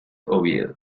oviedo